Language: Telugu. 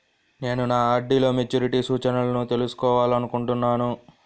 నేను నా ఆర్.డీ లో మెచ్యూరిటీ సూచనలను తెలుసుకోవాలనుకుంటున్నాను